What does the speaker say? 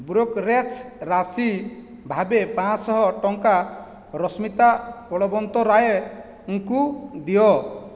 brokerage ରାଶି ଭାବେ ପାଞ୍ଚ ଶହ ଟଙ୍କା ରଶ୍ମିତା ବଳବନ୍ତରାୟଙ୍କୁ ଦିଅ